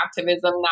activism